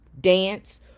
dance